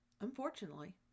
Unfortunately